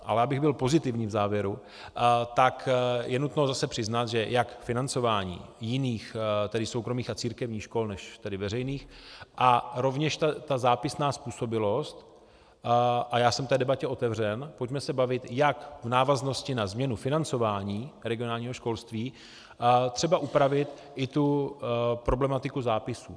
Ale abych byl pozitivní v závěru, tak je nutno zase přiznat, že jak financování jiných, tedy soukromých a církevních, škol než tedy veřejných, a rovněž ta zápisná způsobilost, a já jsem té debatě otevřen, pojďme se bavit, jak v návaznosti na změnu financování regionálního školství třeba upravit i tu problematiku zápisů.